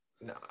No